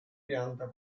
pianta